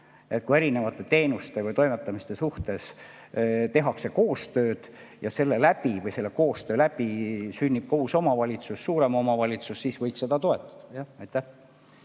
kui erinevate teenuste või toimetamiste suhtes tehakse koostööd ja selles koostöös sünnib uus omavalitsus, suurem omavalitsus, siis võiks seda toetada.